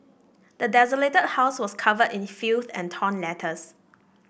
the desolated house was covered in filth and torn letters